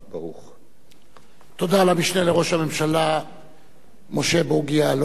תודה למשנה לראש הממשלה משה בוגי יעלון על דבריו.